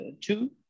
two